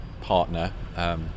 partner